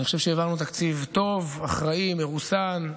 אני חושב שהעברנו תקציב טוב, אחראי, מרוסן,